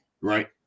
right